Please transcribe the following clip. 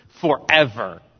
forever